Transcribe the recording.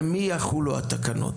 על מי יחולו התקנות?